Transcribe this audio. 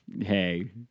Hey